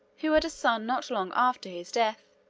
who had a son not long after his death.